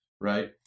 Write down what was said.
right